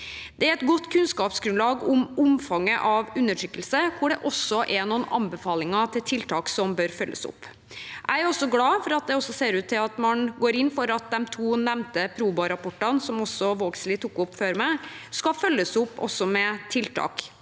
Det er et godt kunnskapsgrunnlag om omfanget av undertrykkelse, hvor det også er noen anbefalinger til tiltak som bør følges opp. Jeg er glad for at det ser ut til at man går inn for at de to nevnte Proba-rapportene, som også representanten Vågslid tok opp før meg, skal følges opp, også med tiltak.